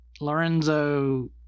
Lorenzo